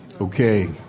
Okay